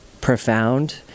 profound